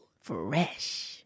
Fresh